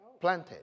Planted